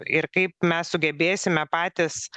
ir kaip mes sugebėsime patys